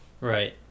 Right